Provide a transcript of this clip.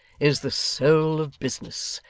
is the soul of business,